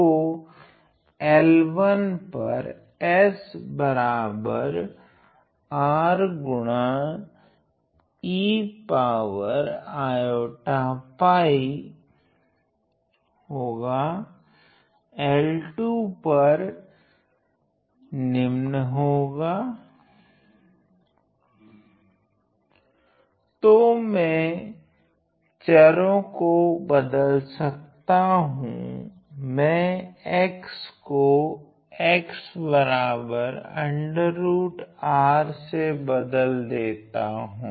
तो L1 पर L2 पर तो मैं चरो को बदल सकता हूँ मैं x को से बदल देता हूँ